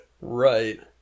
Right